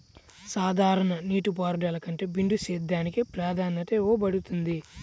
సాధారణ నీటిపారుదల కంటే బిందు సేద్యానికి ప్రాధాన్యత ఇవ్వబడుతుంది